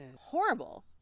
horrible